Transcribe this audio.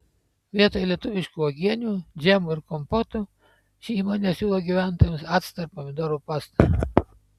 vietoj lietuviškų uogienių džemų ir kompotų ši įmonė siūlo gyventojams actą ir pomidorų pastą